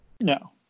No